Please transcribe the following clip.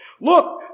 Look